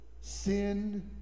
sin